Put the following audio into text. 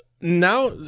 Now